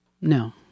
No